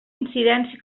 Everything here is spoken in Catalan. incidència